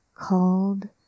called